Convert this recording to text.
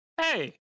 Hey